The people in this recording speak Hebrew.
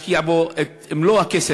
ישקיע בו את כל הכסף.